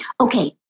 Okay